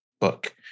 book